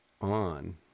on